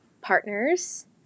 partners